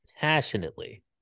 Passionately